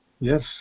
Yes